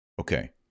Okay